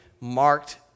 marked